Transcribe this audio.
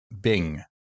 Bing